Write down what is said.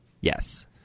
Yes